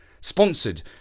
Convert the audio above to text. sponsored